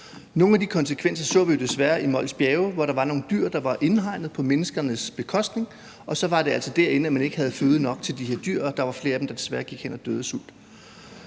Nogle af de konsekvenser så vi jo desværre i Mols Bjerge, hvor der var nogle dyr, der var indhegnet på menneskenes bekostning, og så var det altså derinde, at man ikke havde føde nok til de her dyr, og der var flere af dem, der desværre gik hen og døde af sult.